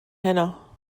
heno